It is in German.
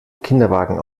kinderwagen